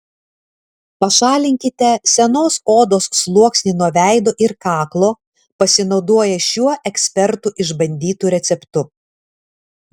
pašalinkite senos odos sluoksnį nuo veido ir kaklo pasinaudoję šiuo ekspertų išbandytu receptu